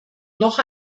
noch